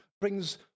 brings